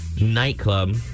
nightclub